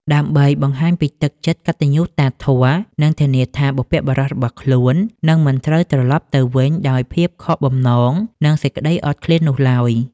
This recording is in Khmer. ដើម្បីបង្ហាញពីទឹកចិត្តកតញ្ញូតាធម៌ និងធានាថាបុព្វបុរសរបស់ខ្លួននឹងមិនត្រូវត្រឡប់ទៅវិញដោយភាពខកបំណង និងសេចក្ដីអត់ឃ្លាននោះឡើយ។